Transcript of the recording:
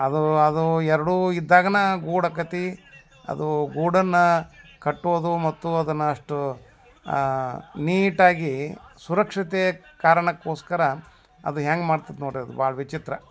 ಅದು ಅದು ಎರಡೂ ಇದ್ದಾಗನೇ ಗೂಡು ಅಕ್ಕತಿ ಅದು ಗೂಡನ್ನು ಕಟ್ಟೋದು ಮತ್ತು ಅದನ್ನು ಅಷ್ಟು ನೀಟಾಗಿ ಸುರಕ್ಷತೆ ಕಾರಣಕ್ಕೋಸ್ಕರ ಅದು ಹೆಂಗ್ ಮಾಡ್ತದ್ ನೋಡಿರಿ ಅದು ಭಾಳ ವಿಚಿತ್ರ